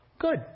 Good